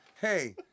Hey